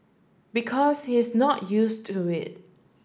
because he's not used to it